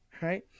Right